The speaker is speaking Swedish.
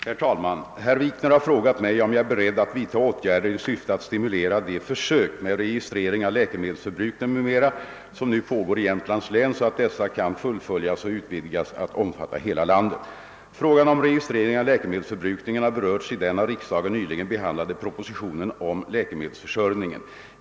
Herr talman! Herr Wikner har frågat mig, om jag är beredd att vidta åtgärder i syfte att stimulera de försök med registrering av läkemedelsförbrukning m.m. som nu pågår i Jämtlands län, så att dessa kan fullföljas och utvidgas att omfatta hela landet. Frågan om registrering av läkemedelsförbrukningen har berörts i den av riksdagen nyligen behandlade propositionen om läkemedelsförsörjningen.